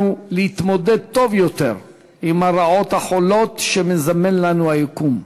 להתמודד טוב יותר עם הרעות החולות שמזמן לנו היקום,